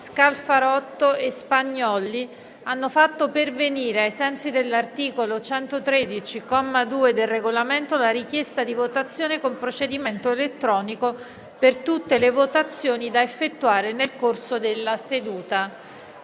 Scalfarotto e Spagnolli hanno fatto pervenire, ai sensi dell'articolo 113, comma 2, del Regolamento, la richiesta di votazione con procedimento elettronico per tutte le votazioni da effettuare nel corso della seduta.